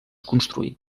construí